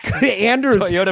Andrew's